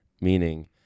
Meaning